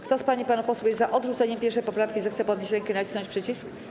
Kto z pań i panów posłów jest za odrzuceniem 1. poprawki, zechce podnieść rękę i nacisnąć przycisk.